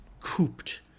cooped